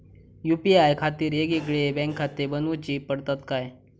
UPI खातीर येगयेगळे बँकखाते बनऊची पडतात काय?